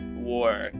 war